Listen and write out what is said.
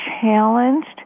challenged